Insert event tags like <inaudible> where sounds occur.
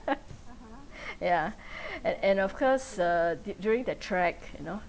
<laughs> yeah and and of course uh d~during the track you know